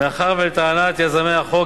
מאחר שלטענת יוזמי החוק,